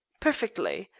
perfectly.